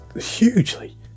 hugely